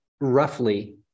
roughly